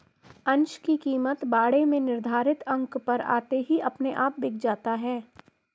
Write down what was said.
अंश की कीमत बाड़े में निर्धारित अंक पर आते ही अपने आप बिक जाता है